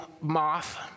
moth